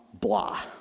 blah